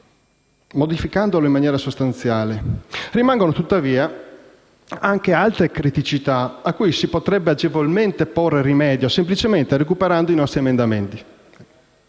modificando il testo in maniera sostanziale. Rimangono, tuttavia, anche altre criticità, a cui si potrebbe agevolmente porre rimedio semplicemente recuperando i nostri emendamenti.